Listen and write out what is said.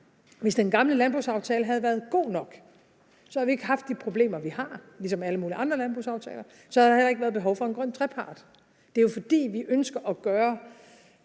Hvis den gamle landbrugsaftale havde været god nok, havde vi ikke haft de problemer, vi har, ligesom medalle mulige andre landbrugsaftaler, og så havde der heller ikke været behov for en grøn trepart. Det er jo, fordi vi ønsker at gøre